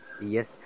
Yes